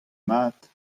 mat